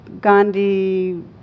Gandhi